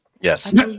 Yes